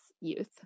youth